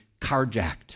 carjacked